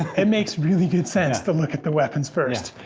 it makes really good sense to look at the weapons first.